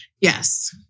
Yes